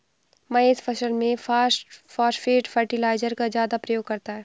महेश फसल में phosphate fertiliser का ज्यादा प्रयोग करता है